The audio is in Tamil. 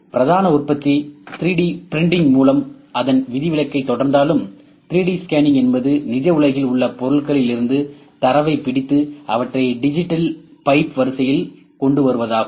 எனவே பிரதான உற்பத்தி 3டி பிரிண்டிங் மூலம் அதன் விதிவிலக்கைத் தொடர்ந்தாலும் 3D ஸ்கேனிங் என்பது நிஜ உலகில் உள்ள பொருட்களிலிருந்து தரவைப் பிடித்து அவற்றை டிஜிட்டல் பைப் வரிசையில் கொண்டு வருவதாகும்